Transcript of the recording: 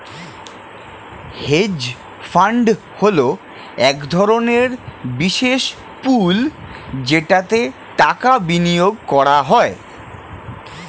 hedge fund হলো এক ধরনের বিশেষ পুল যেটাতে টাকা বিনিয়োগ করা হয়